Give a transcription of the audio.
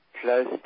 Close